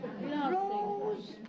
Rose